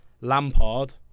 Lampard